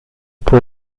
può